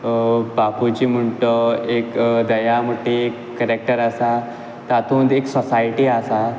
भापूजी म्हण तो एक दया म्हण ती एक केरेक्टर आसा तातूंत एक सोसायटी आसा